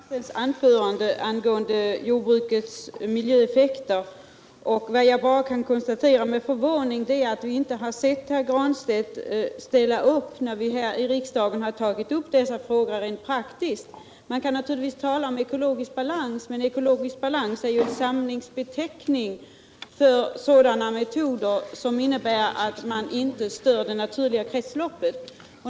Herr talman! Det var intressant att lyssna till Pär Granstedts anförande angående jordbrukets miljöeffekter. Vad jag konstaterar med förvåning är emellertid att vi inte har sett herr Granstedt ställa upp när vi här i riksdagen har tagit upp dessa frågor rent praktiskt. Man kan naturligtvis tala om ekologisk balans, men ekologisk balans är ju en samlingsbeteckning för metoder som innebär att man inte stör det naturliga kretsloppet.